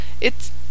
It's